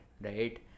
right